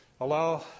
Allow